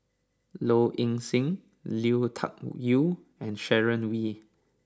Low Ing Sing Lui Tuck Yew and Sharon Wee